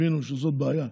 הבינו שזו בעיה,